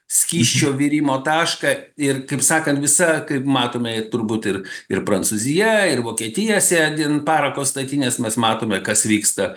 skysčio virimo tašką ir kaip sakant visa kaip matome turbūt ir ir prancūzija ir vokietija sėdi ant parako statinės mes matome kas vyksta